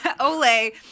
ole